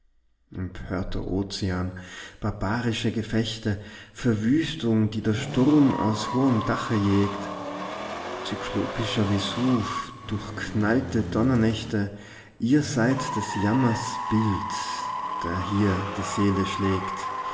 ozean barbarische gefechte verwüstung die der sturm aus hohem dache jägt eyelopischer vesuv durchknallte donnernächte ihr seid des jammers bild der hier die seele schlägt